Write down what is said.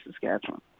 Saskatchewan